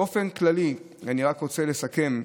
באופן כללי, אני רק רוצה לסכם.